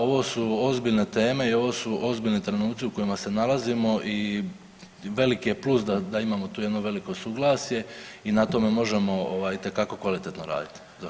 Ovo su ozbiljne teme i ovo su ozbiljni trenuci u kojima se nalazimo i veliki je plus da imamo tu jedno veliko suglasje i na tome možemo itekako kvalitetno raditi.